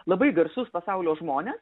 labai garsius pasaulio žmones